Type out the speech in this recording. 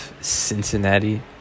Cincinnati